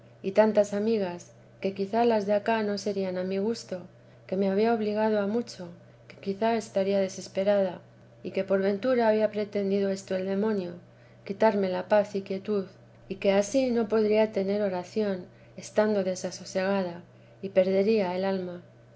y tantas amigas que quizá las de acá no serían a mi gusto que me había obligado a mucho que quizá estaría desesperada y que por ventura había pretendido esto el demonio para quitarme la paz y quietud y que ansí no podría tener oración estando desasosegada y perdería el alma